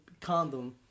condom